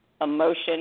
Emotion